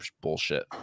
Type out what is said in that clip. bullshit